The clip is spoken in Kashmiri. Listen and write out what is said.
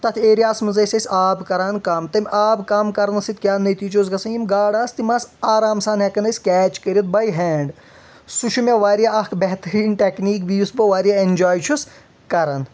تتھ ایریاہس منٛز ٲسۍ أسۍ آب کران کم تٔمۍ آب کم کرنہٕ سۭتۍ کیٛاہ نٔتیٖجہ اوس گژھان یِم گاڈٕ آسہٕ تِم آسہٕ آرام سان ہٮ۪کان أسۍ کیچ کٔرِتھ بے ہینڈ سُہ چھُ مےٚ واریاہ اکھ بہتریٖن ٹٮ۪کنیٖک بیٚیہِ یُس بہٕ واریاہ اٮ۪نجاے چھُس کران